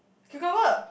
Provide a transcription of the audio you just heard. cucumber